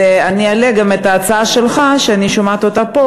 ואני אעלה גם את ההצעה שלך, שאני שומעת אותה פה.